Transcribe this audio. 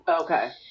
Okay